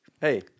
hey